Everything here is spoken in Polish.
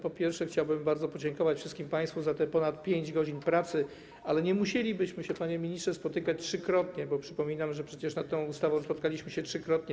Po pierwsze, chciałbym bardzo podziękować wszystkim państwu za te ponad 5 godzin pracy, ale nie musielibyśmy, panie ministrze, spotykać się trzykrotnie, bo przypominam, że przecież w sprawie tej ustawy spotkaliśmy się trzykrotnie.